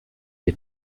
des